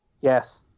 Yes